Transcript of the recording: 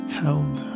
held